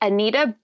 Anita